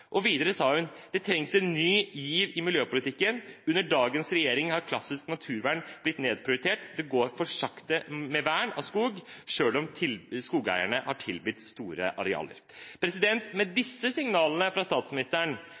Videre sa hun: «Det trengs en ny giv i miljøpolitikken. Under dagens regjering har klassisk naturvern blitt nedprioritert. Det går sakte med vern av skog, selv om skogeierne har tilbudt store arealer.» Med disse signalene fra statsministeren